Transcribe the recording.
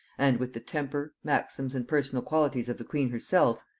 and with the temper, maxims, and personal qualities of the queen herself,